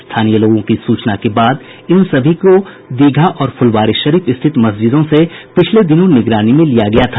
स्थानीय लोगों की सूचना के बाद इन सभी को दीघा और फूलवारीशरीफ स्थित मस्जिदों से पिछले दिनों निगरानी में लिया गया था